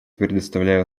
предоставляю